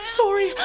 sorry